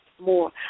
more